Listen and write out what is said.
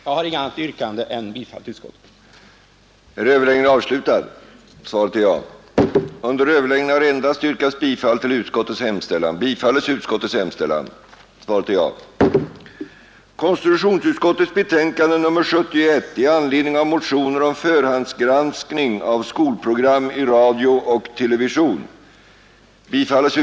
Jag har inget annat yrkande än om bifall till utskottets hemställan.